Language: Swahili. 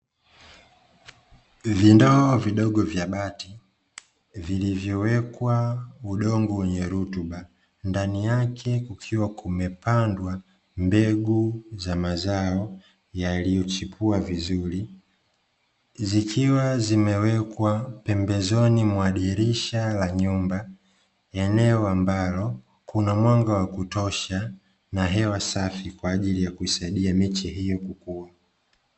Vindoo vidogo vya bati vilivyowekwa udongo wenye rutuba, ndani yake kukiwa kumepandwa mbegu za mazao yaliyochipua vizuri. Zikiwa zimewekwa pembezoni mwa dirisha la nyumba, eneo ambalo kuna mwanga wa kutosha na hewa safi kwa ajili ya kusaidia miche hiyo kukua.